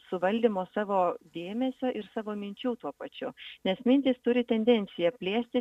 suvaldymo savo dėmesio ir savo minčių tuo pačiu nes mintys turi tendenciją plėstis